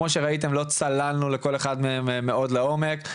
כמו שראיתם לא צללנו לכל אחד מהם מאוד לעומק.